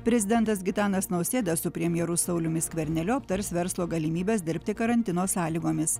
prezidentas gitanas nausėda su premjeru sauliumi skverneliu aptars verslo galimybes dirbti karantino sąlygomis